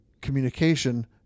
communication